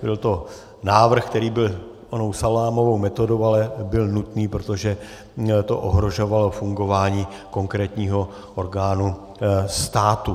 Byl to návrh, který byl onou salámovou metodou, ale byl nutný, protože to ohrožovalo fungování konkrétního orgánu státu.